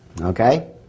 Okay